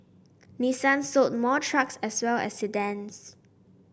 Nissan sold more trucks as well as sedans